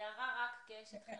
הערה רק כאשת חינוך,